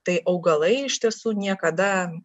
tai augalai iš tiesų niekada